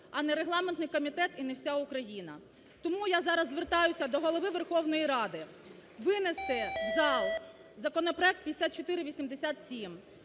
а не регламентний комітет і не вся Україна. Тому я зараз звертаюся до Голови Верховної Ради винести в зал законопроект 5487,